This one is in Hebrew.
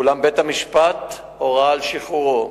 אולם בית-המשפט הורה על שחרורו.